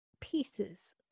pieces